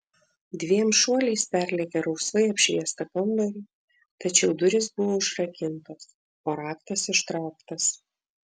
dviem šuoliais perlėkė rausvai apšviestą kambarį tačiau durys buvo užrakintos o raktas ištrauktas